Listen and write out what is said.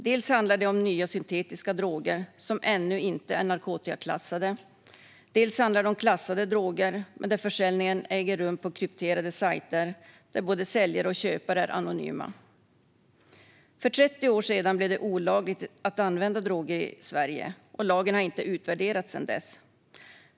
Dels handlar det om nya syntetiska droger som ännu inte är narkotikaklassade, dels handlar det om klassade droger där försäljningen äger rum på krypterade sajter, där både säljare och köpare är anonyma. För 30 år sedan blev det olagligt att använda droger i Sverige, och lagen har inte utvärderats sedan dess.